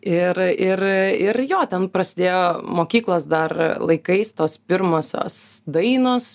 ir ir ir jo ten prasidėjo mokyklos dar laikais tos pirmosios dainos